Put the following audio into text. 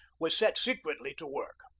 was set secretly to work.